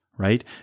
right